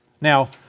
Now